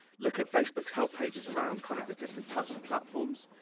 look at facebook's help pages around kind of the different types of platforms.